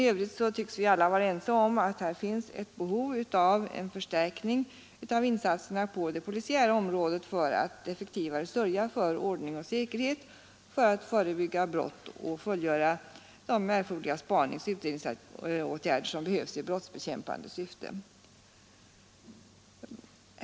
I övrigt tycks vi alla vara ense om att det finns ett behov av en förstärkning av insatserna på det polisiära området för att effektivare sörja för ordning och säkerhet, för att förebygga brott och för att fullgöra de erforderliga spaningsoch utredningsåtgärder som behövs i brottsbekämpande syfte.